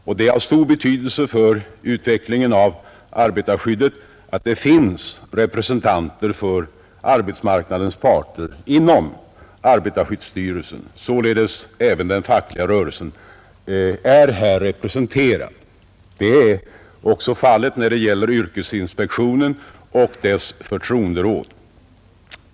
Det är av stor betydelse för utvecklingen av arbetarskyddet att det finns representanter för arbetsmarknadens parter inom arbetarskyddsstyrelsen; även den fackliga rörelsen är således här representerad. Detsamma gäller yrkesinspektionen och dess förtroenderåd.